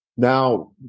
Now